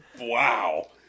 wow